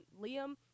Liam